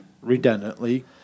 redundantly